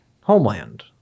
Homeland